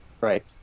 right